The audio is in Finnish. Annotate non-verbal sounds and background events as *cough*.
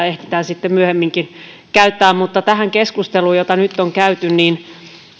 *unintelligible* ehditään sitten myöhemmin käyttää mutta tähän keskusteluun jota nyt on käyty